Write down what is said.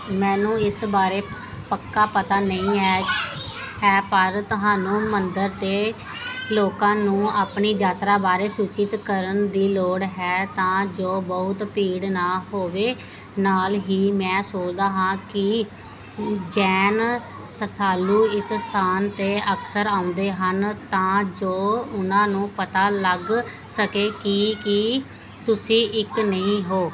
ਮੈਨੂੰ ਇਸ ਬਾਰੇ ਪੱਕਾ ਪਤਾ ਨਹੀਂ ਹੈ ਪਰ ਤੁਹਾਨੂੰ ਮੰਦਰ ਦੇ ਲੋਕਾਂ ਨੂੰ ਆਪਣੀ ਯਾਤਰਾ ਬਾਰੇ ਸੂਚਿਤ ਕਰਨ ਦੀ ਲੋੜ ਹੈ ਤਾਂ ਜੋ ਬਹੁਤ ਭੀੜ ਨਾ ਹੋਵੇ ਨਾਲ ਹੀ ਮੈਂ ਸੋਚਦਾ ਹਾਂ ਕਿ ਜੈਨ ਸ਼ਰਧਾਲੂ ਇਸ ਸਥਾਨ 'ਤੇ ਅਕਸਰ ਆਉਂਦੇ ਹਨ ਤਾਂ ਜੋ ਉਨ੍ਹਾਂ ਨੂੰ ਪਤਾ ਲੱਗ ਸਕੇ ਕਿ ਕਿ ਤੁਸੀਂ ਇੱਕ ਨਹੀਂ ਹੋ